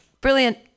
brilliant